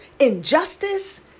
injustice